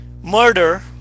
Murder